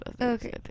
Okay